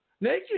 Naked